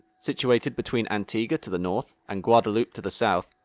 situated between antigua to the north and guadeloupe to the south,